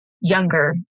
younger